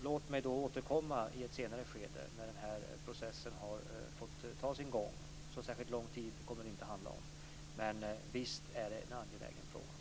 Låt mig återkomma i ett senare skede när denna process har haft sin gång. Så särskilt lång tid kommer det inte att handla om. Men visst är det en angelägen fråga.